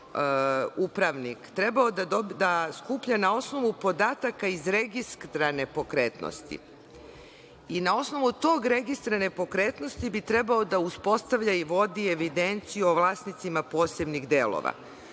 trebao da skuplja na osnovu podataka iz registra nepokretnosti i na osnovu tog registra nepokretnosti bi trebao da uspostavlja i vodi evidenciju o vlasnicima posebnih delova,